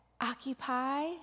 occupy